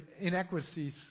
inequities